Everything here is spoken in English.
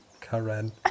Karen